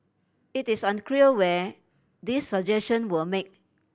it is unclear when these suggestion were made